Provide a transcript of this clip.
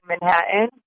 Manhattan